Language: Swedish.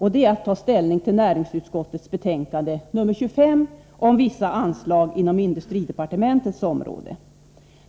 De gäller näringsutskottets betänkande 25 om vissa anslag inom industridepartementets område.